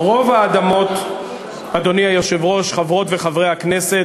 רוב האדמות, אדוני היושב-ראש, חברות וחברי הכנסת,